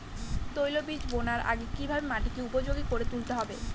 তৈলবীজ বোনার আগে কিভাবে মাটিকে উপযোগী করে তুলতে হবে?